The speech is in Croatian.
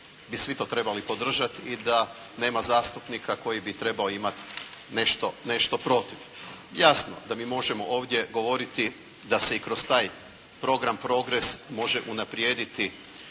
bi svi to trebali podržati i da nema zastupnika koji bi trebao imati nešto protiv. Jasno da mi možemo ovdje govoriti da se i kroz taj program progres može unaprijediti